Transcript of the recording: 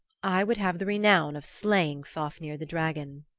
i would have the renown of slaying fafnir the dragon.